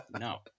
no